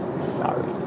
Sorry